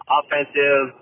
offensive